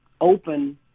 open